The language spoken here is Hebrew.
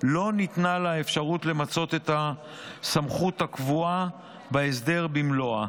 לא ניתנה לה האפשרות למצות את הסמכות הקבועה בהסדר במלואה.